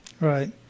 right